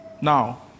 Now